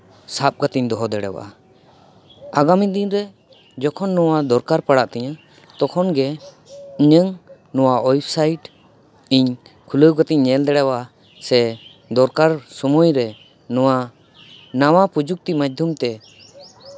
ᱥᱟᱵ ᱠᱟᱛᱮᱧ ᱫᱚᱦᱚ ᱫᱟᱲᱮᱭᱟᱜᱼᱟ ᱟᱜᱟᱢᱤ ᱫᱤᱱ ᱨᱮ ᱡᱚᱠᱷᱚᱱ ᱱᱚᱣᱟ ᱫᱚᱨᱠᱟᱨ ᱯᱟᱲᱟᱜ ᱛᱤᱧᱟᱹ ᱛᱚᱠᱷᱚᱱ ᱜᱮ ᱤᱧᱟᱹᱜ ᱱᱚᱣᱟ ᱳᱭᱮᱵᱽᱥᱟᱭᱤᱴᱤᱧ ᱠᱷᱩᱞᱟᱹᱣ ᱠᱟᱛᱮᱧ ᱧᱮᱞ ᱫᱟᱲᱮᱭᱟᱜᱼᱟ ᱥᱮ ᱫᱚᱨᱠᱟᱨ ᱥᱚᱢᱚᱭ ᱨᱮ ᱱᱟᱣᱟ ᱱᱟᱣᱟ ᱯᱨᱚᱡᱩᱠᱛᱤ ᱢᱟᱫᱽᱫᱷᱚᱢ ᱛᱮ